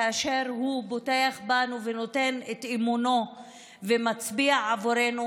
כאשר הוא בוטח בנו ונותן את אמונו ומצביע עבורנו,